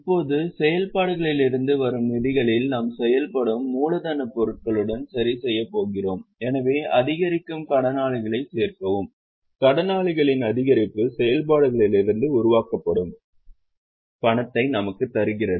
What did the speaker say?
இப்போது செயல்பாடுகளிலிருந்து வரும் நிதிகளில் நாம் செயல்படும் மூலதனப் பொருட்களுடன் சரிசெய்யப் போகிறோம் எனவே அதிகரிக்கும் கடனாளிகளைச் சேர்க்கவும் கடனாளிகளின் அதிகரிப்பு செயல்பாடுகளிலிருந்து உருவாக்கப்படும் பணத்தை நமக்கு தருகிறது